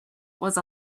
was